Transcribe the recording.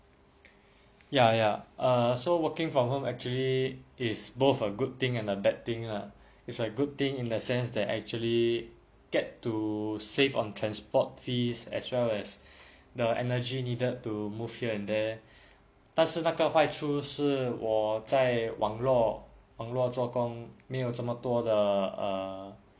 ya ya err so working from home actually is both a good thing and a bad thing lah it's like a good thing in the sense that actually get to save on transport fees as well as the energy needed to move here and there 但是那个坏处是我在网罗做工没有这么多的 uh